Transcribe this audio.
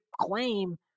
claim